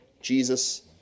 Jesus